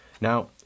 Now